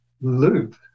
loop